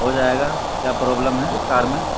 ہو جائے گا کیا پرابلم ہے کار میں